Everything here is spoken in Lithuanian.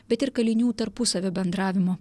bet ir kalinių tarpusavio bendravimo